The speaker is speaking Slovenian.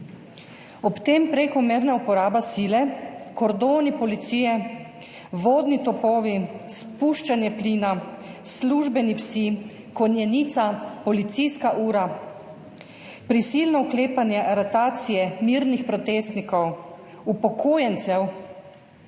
Ob tem prekomerna uporaba sile, kordoni policije, vodni topovi, spuščanje plina, službeni psi, konjenica, policijska ura, prisilno vklepanje, aretacije mirnih protestnikov, upokojencev,